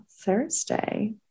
Thursday